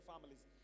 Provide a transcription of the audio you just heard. families